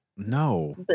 No